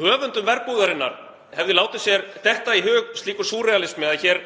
höfundum Verbúðarinnar hefði látið sér detta í hug slíkur súrrealismi að hér